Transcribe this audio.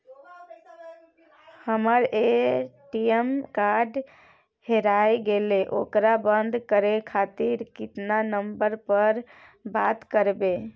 हमर ATM card हेराय गेले ओकरा बंद करे खातिर केना नंबर पर बात करबे?